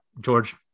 george